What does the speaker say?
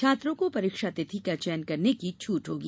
छात्रों को परीक्षा तिथि का चयन करने की छूट होगी